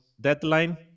deadline